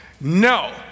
No